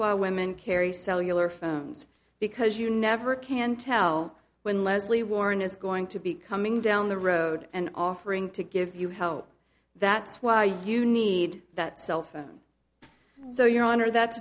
why women carry cellular phones because you never can tell when leslie warren is going to be coming down the road and offering to give you help that's why you need that cell phone so your honor that